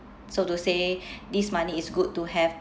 so to say this money is good to have